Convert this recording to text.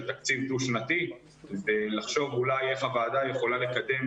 תקציב דו שנתי ולחשוב אולי איך הוועדה יכולה לקדם